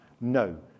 No